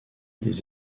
des